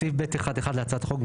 בסעיף (ב1)(1) להצעת החוק,